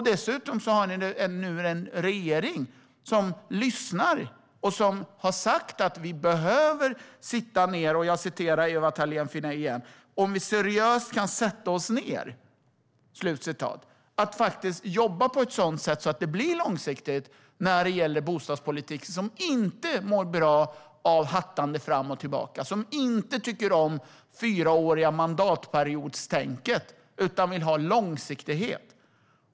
Dessutom har ni nu en regering som lyssnar och har sagt att vi behöver sitta ned - som Ewa Thalén Finné säger, seriöst sätta oss ned - och faktiskt jobba på ett sådant sätt att det blir långsiktigt när det gäller bostadspolitiken. Den mår inte bra av hattande fram och tillbaka, och den tycker inte om det fyraåriga mandatperiodstänket. Den vill i stället ha långsiktighet.